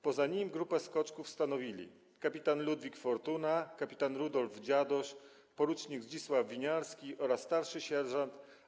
Poza nim grupę skoczków stanowili: kpt. Ludwik Fortuna, kpt. Rudolf Dziadosz, por. Zdzisław Winiarski oraz st. sierż.